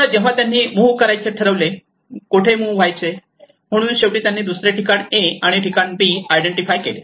आता जेव्हा त्यांनी मूव्ह करायचे ठरविले कोठे मूव्ह व्हायचे म्हणून शेवटी त्यांनी दुसरे ठिकाण ए आणि ठिकाण बी आयडेंटिफाय केले